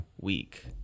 week